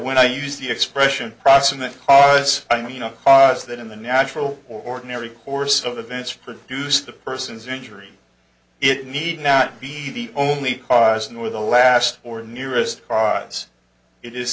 when i use the expression proximate cause i mean a cause that in the natural ordinary course of events produced a person's injury it need not be the only cause nor the last or nearest cause it is